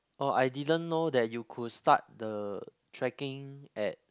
or I didn't know that you could start the trekking at